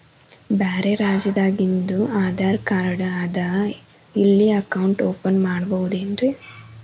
ಬ್ಯಾರೆ ರಾಜ್ಯಾದಾಗಿಂದು ಆಧಾರ್ ಕಾರ್ಡ್ ಅದಾ ಇಲ್ಲಿ ಅಕೌಂಟ್ ಓಪನ್ ಮಾಡಬೋದೇನ್ರಿ?